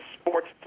Sports